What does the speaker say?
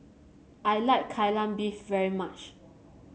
I like Kai Lan Beef very much